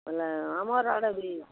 ବୋଲେ ଆମର୍ ଆଡ଼େ ବି